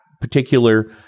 particular